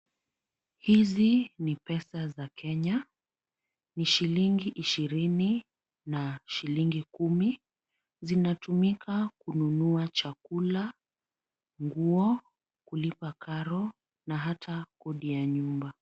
Hizi ni pesa za Kenya ni shilingi ishirini na shilingi kumi, zinatumika kununua chakula, nguo, kulipa karo na ata Kodi ya nyumba.